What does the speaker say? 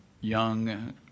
young